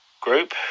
Group